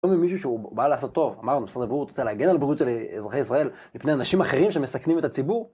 לא ממישהו שהוא בא לעשות טוב, אמרנו בסדר ברור, הוא רוצה להגן על בריאות של אזרחי ישראל מפני אנשים אחרים שמסכנים את הציבור